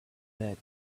bed